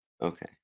Okay